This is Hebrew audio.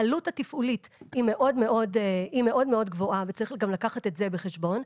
העלות התפעולית היא מאוד מאוד גבוהה וצריך גם לקחת את זה בחשבון.